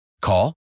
Call